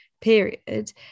period